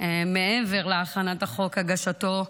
מעבר להכנת החוק, הגשתו,